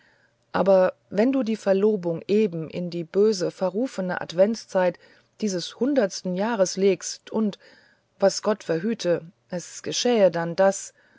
aber wenn du die verlobung eben in die böse verrufene adventszeit dieses hundertsten jahres legst und was gott verhüte es geschähe dann daß